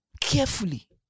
Carefully